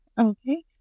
Okay